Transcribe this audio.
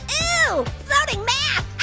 ooh, floating math.